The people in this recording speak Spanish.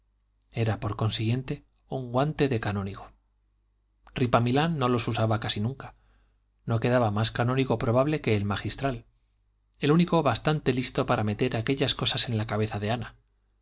era por consiguiente un guante de canónigo ripamilán no los usaba casi nunca no quedaba más canónigo probable que el magistral el único bastante listo para meter aquellas cosas en la cabeza de ana